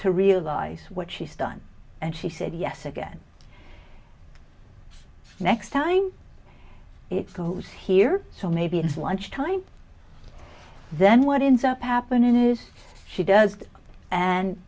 to realize what she's done and she said yes again next time it goes here so maybe it's lunch time then what is up happen is she does and